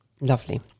Lovely